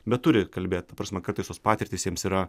bet turi kalbėt ta prasme kartais tos patirtys jiems yra